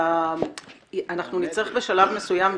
בשלב מסוים,